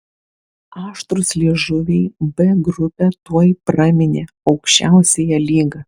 aštrūs liežuviai b grupę tuoj praminė aukščiausiąja lyga